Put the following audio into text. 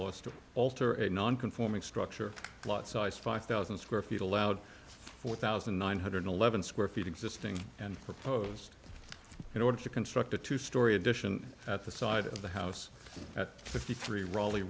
to alter a non conforming structure plot size five thousand square feet allowed four thousand nine hundred eleven square feet existing and proposed in order to construct a two story addition at the side of the house at fifty three raleigh